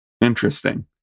Interesting